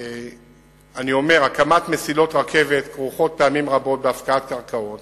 אני אומר: הקמת מסילות רכבת כרוכה פעמים רבות בהפקעת קרקעות